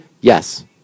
Yes